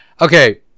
Okay